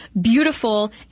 beautiful